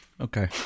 Okay